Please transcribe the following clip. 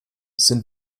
sind